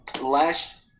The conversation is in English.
last